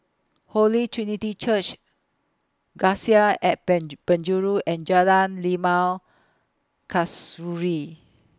Holy Trinity Church Cassia At Penjuru and Jalan Limau Kasturi